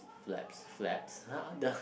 flaps flaps !huh! the